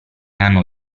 hanno